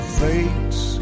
fates